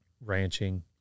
ranching